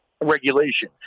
regulation